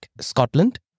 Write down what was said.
Scotland